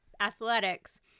athletics